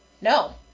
no